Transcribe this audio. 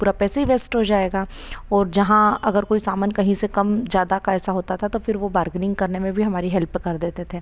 पूरा पैसा ही वेस्ट हो जाएगा और जहाँ अगर कोई सामान कहीं से कम ज़्यादा का ऐसा होता था तो फिर वो बारगेनिंग करने में भी हमारी हेल्प कर देते थे